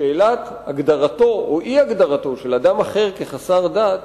בשאלת הגדרתו או אי-הגדרתו של אדם אחר כחסר דת,